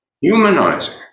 humanizing